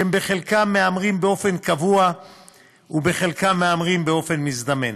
שהם בחלקם מהמרים באופן קבוע ובחלקם מהמרים באופן מזדמן.